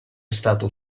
stato